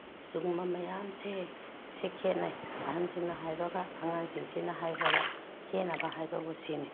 ꯁꯤꯒꯨꯝꯕ ꯃꯌꯥꯝꯁꯦ ꯁꯦ ꯈꯦꯅꯩ ꯑꯍꯜꯁꯤꯡꯅ ꯍꯥꯏꯕꯒ ꯑꯉꯥꯡꯁꯤꯡꯁꯤꯅ ꯍꯥꯏꯕꯒ ꯈꯦꯅꯕ ꯍꯥꯏꯕꯕꯨ ꯁꯤꯅꯤ